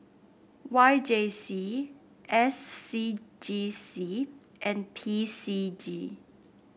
Y J C S C G C and P C G